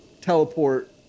teleport